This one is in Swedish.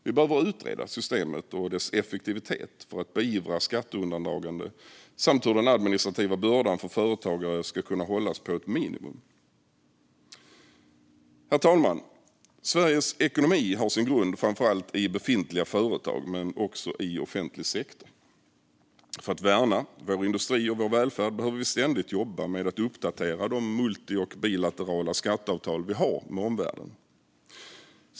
Vi behöver utreda systemet och dess effektivitet för att beivra skatteundandragande samt hur den administrativa bördan för företagare ska kunna hållas på ett minimum. Herr talman! Sveriges ekonomi har sin grund i framför allt befintliga företag men också offentlig sektor. För att värna vår industri och vår välfärd behöver vi ständigt jobba med att uppdatera de multi och bilaterala skatteavtal vi har med omvärlden.